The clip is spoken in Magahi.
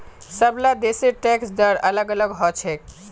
सबला देशेर टैक्स दर अलग अलग ह छेक